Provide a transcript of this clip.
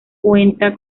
cuenta